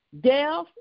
death